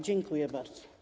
Dziękuję bardzo.